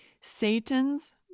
Satan's